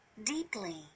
deeply